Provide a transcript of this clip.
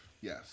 Yes